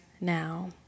now